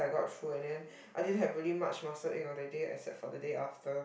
I got through and then I didn't have really much muscle ache on that day except for the day after